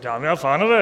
Dámy a pánové.